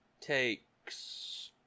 takes